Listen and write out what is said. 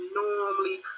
normally